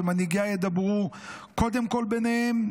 שמנהיגיה ידברו קודם כול ביניהם,